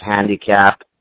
handicap